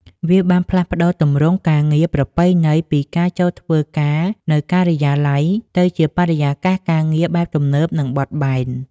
វាបានផ្លាស់ប្តូរទម្រង់ការងារប្រពៃណីពីការចូលធ្វើការនៅការិយាល័យ ទៅជាបរិយាកាសការងារបែបទំនើប និងបត់បែន។